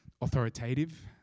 authoritative